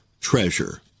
treasure